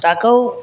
তাকেও